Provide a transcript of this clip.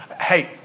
Hey